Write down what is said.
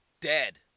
dead